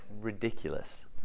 ridiculous